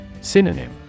Synonym